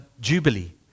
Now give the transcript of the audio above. jubilee